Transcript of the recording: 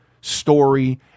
story